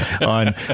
on